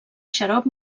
xarop